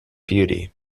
beauty